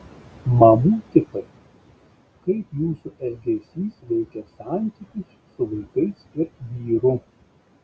mamų tipai kaip jūsų elgesys veikia santykius su vaikais ir vyru